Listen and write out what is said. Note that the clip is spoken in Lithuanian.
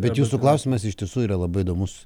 bet jūsų klausimas iš tiesų yra labai įdomus